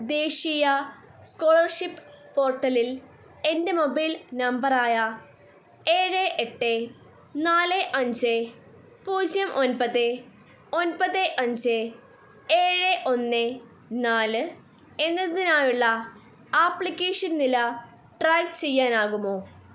ദേശീയ സ്കോളർഷിപ്പ് പോർട്ടലിൽ എൻ്റെ മൊബൈൽ നമ്പറായ ഏഴ് എട്ട് നാല് അഞ്ച് പൂജ്യം ഒൻപത് ഒൻപത് അഞ്ച് ഏഴ് ഒന്ന് നാല് എന്നതിനായുള്ള ആപ്ലിക്കേഷൻ നില ട്രാക്ക് ചെയ്യാനാകുമോ